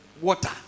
water